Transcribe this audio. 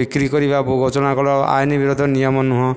ବିକ୍ରି କରିବା ଗଜଣାକଳ ଆଇନ ବିରୋଧ ନିୟମ ନୁହଁ